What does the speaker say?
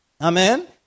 Amen